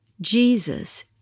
Jesus